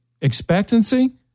expectancy